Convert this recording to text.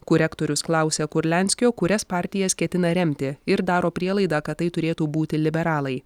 kur rektorius klausia kurlianskio kurias partijas ketina remti ir daro prielaidą kad tai turėtų būti liberalai